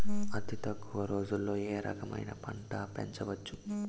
అతి తక్కువ రోజుల్లో ఏ రకమైన పంట పెంచవచ్చు?